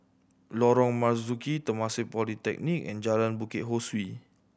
Lorong Marzuki Temasek Polytechnic and Jalan Bukit Ho Swee